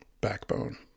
Backbone